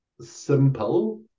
simple